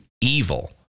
evil